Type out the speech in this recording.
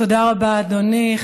תודה רבה, אדוני.